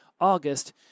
August